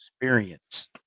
Experience